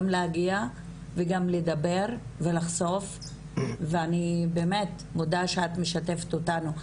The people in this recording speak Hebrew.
גם להגיע וגם לדבר ולחשוף ואני באמת מודה שאת משתפת אותנו.